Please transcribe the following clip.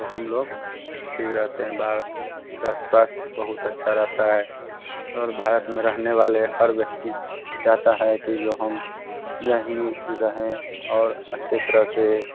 तो हम लोग ठीक रहते हैं भारत में का स्वास्थ्य बहुत अच्छा रहता है और भारत में रहने वाले हर व्यक्ति चाहता है कि जो हम यही रहे और अच्छी तरह से